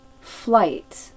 flight